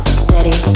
steady